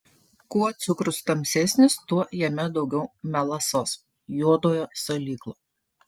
kuo cukrus tamsesnis tuo jame daugiau melasos juodojo salyklo